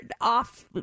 off